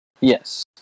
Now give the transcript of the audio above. Yes